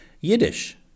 Yiddish